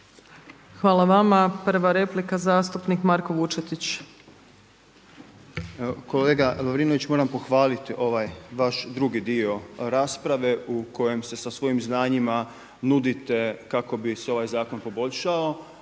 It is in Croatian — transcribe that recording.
Hvala vama. Prva replika zastupnik Marko Vučetić. **Vučetić, Marko (Nezavisni)** Kolega Lovrinović, moram pohvaliti ovaj vaš drugi dio rasprave u kojem se sa svojim znanjima nudite kako bi se ovaj zakon poboljšao